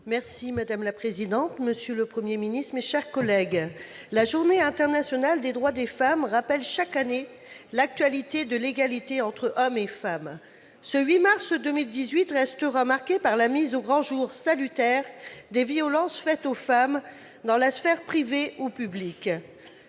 Madame la présidente, monsieur le Premier ministre, mes chers collègues, la Journée internationale des droits des femmes rappelle chaque année l'actualité de l'égalité entre les hommes et les femmes. Ce 8 mars 2018 restera marqué par la mise au grand jour, salutaire, des violences faites aux femmes dans les sphères privée ou publique.